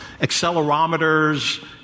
Accelerometers